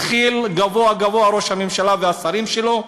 התחילו גבוהה-גבוהה ראש הממשלה והשרים שלו,